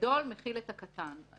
הגדול מכיל את הקטן.